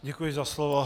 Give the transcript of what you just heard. Děkuji za slovo.